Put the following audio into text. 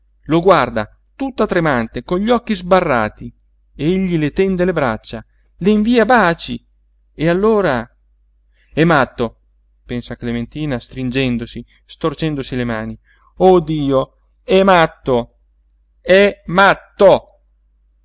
lo guarda tutta tremante con gli occhi sbarrati egli le tende le braccia le invia baci e allora è matto pensa clementina stringendosi storcendosi le mani oh dio è matto è matto